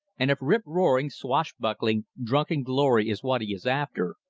and if rip-roaring, swashbuckling, drunken glory is what he is after,